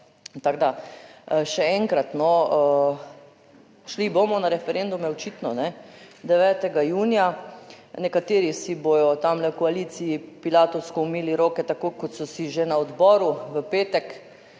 Tako da, še enkrat no, šli bomo na referendume očitno, 9. junija. Nekateri si bodo tamle v koaliciji pilatovsko umili roke, tako kot so si že na odboru v petek,